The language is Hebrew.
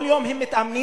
כל יום הם מתאמנים.